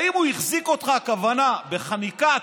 האם ב"החזיק" אותך הכוונה לחניקה,